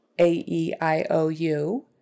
A-E-I-O-U